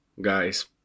Guys